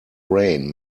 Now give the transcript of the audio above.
rain